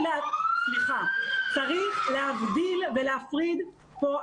צריך להבדיל ולהפריד פה,